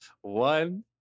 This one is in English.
One